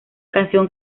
canción